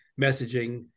messaging